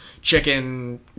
chicken